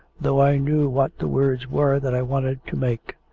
though i knew what the words were that i wanted to make.